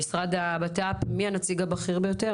המשרד לביטחון לאומי, מי הנציג הבכיר ביותר?